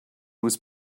was